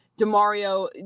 DeMario